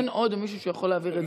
אין עוד מישהו שיכול להעביר.